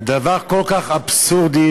דבר כל כך אבסורדי,